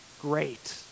great